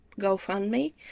GoFundMe